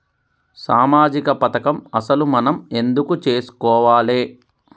సామాజిక పథకం అసలు మనం ఎందుకు చేస్కోవాలే?